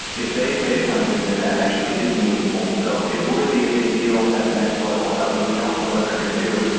if they say something then that actually is meaningful so it would be a big deal at the next level up but we don't know what they are going to do.